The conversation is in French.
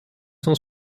cent